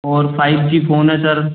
और five G phone है sir